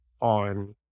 on